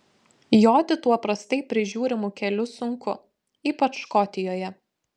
joti tuo prastai prižiūrimu keliu sunku ypač škotijoje